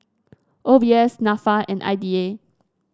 O B S NAFA and I D A